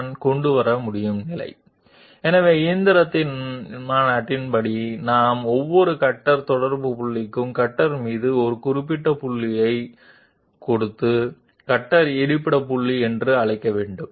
కాబట్టి మెషీన్ యొక్క కన్వెన్షన్ ప్రకారం మనం ప్రతి కట్టర్ కాంటాక్ట్ పాయింట్కి కట్టర్పై ఒక నిర్దిష్ట పాయింట్ ని ఇవ్వాలి మరియు దానిని కట్టర్ లొకేషన్ పాయింట్ అని పిలవాలి ఇది కట్టర్ లొకేషన్ కావచ్చు ఇది కట్టర్ లొకేషన్ కావచ్చు మేము CL డేటా కట్టర్ లొకేషన్ ను ఎందుకు పిలుస్తాము